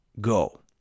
go